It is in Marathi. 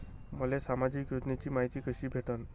मले सामाजिक योजनेची मायती कशी भेटन?